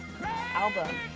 album